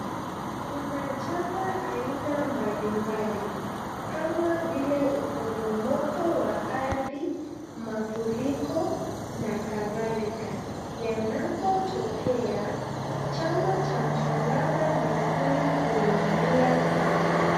Kuna janga aina mbalimbali; kama vile maporomoko ya ardhi, mafuriko na kadhalika. Yanapotokea, chama cha malaba mwekundu huingilia kati.